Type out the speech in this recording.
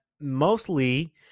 mostly